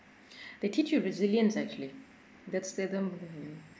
they teach you resilience actually that's they them